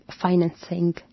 financing